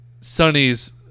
Sonny's